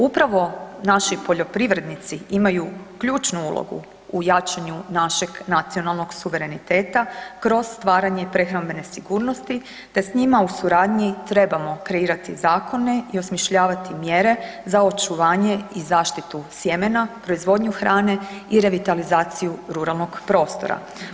Upravo naši poljoprivrednici imaju ključnu ulogu u jačanju našeg nacionalnog suvereniteta kroz stvaranje prehrambene sigurnosti te s njima u suradnji trebamo kreirati zakone i osmišljavati mjere za očuvanje i zaštitu sjemena, proizvodnju hrane i revitalizaciju ruralnog prostora.